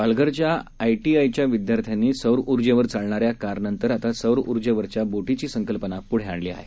पालघरच्या आयटीआयच्या विद्यार्थ्यांनी सौर ऊर्जेवर चालणाऱ्या कार नंतर आता सौर ऊर्जेवरील बोटीची संकल्पना पुढे आणली आहे